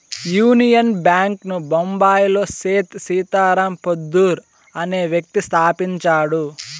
union bank ను బొంబాయిలో సేథ్ సీతారాం పోద్దార్ అనే వ్యక్తి స్థాపించాడు